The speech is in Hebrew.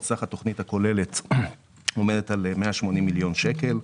סך התוכנית הכוללת עומד על 180 מיליון שקל,